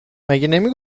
نمی